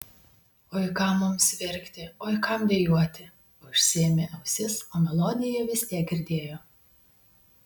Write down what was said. oi kam mums verkti oi kam dejuoti užsiėmė ausis o melodiją vis tiek girdėjo